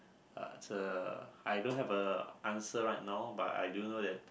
uh I don't have a answer right now but I do know that